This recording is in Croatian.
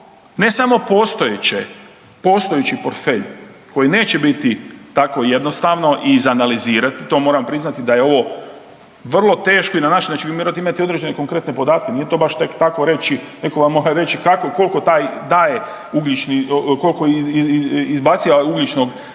ne samo postojeći portfelj koji neće biti tako jednostavno i izanalizirati, to moram priznati da je ovo vrlo teško i .../Govornik se ne razumije./... imati određene konkretne podatke, nije to baš tek tako reći, neko vam mora reći kako, koliko daje ugljični, koliko